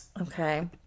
okay